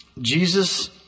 Jesus